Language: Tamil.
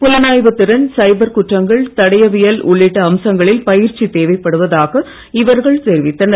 புலனாய்வுத் திறன் சைபர் குற்றங்கள் தடயவியல் உள்ளிட்ட அம்சங்களில் பயிற்சி தேவைப்படுவதாக இவர்கள் தெரிவித்தனர்